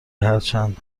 هرچند